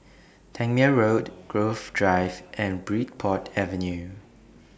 Tangmere Road Grove Drive and Bridport Avenue